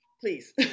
please